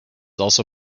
also